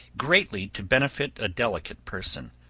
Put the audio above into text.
greatly to benefit a delicate person.